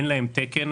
אין להם תקן.